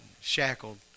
shackled